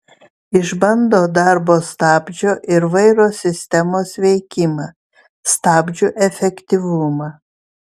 išbando darbo stabdžio ir vairo sistemos veikimą stabdžių efektyvumą